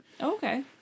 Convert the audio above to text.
Okay